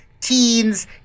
teens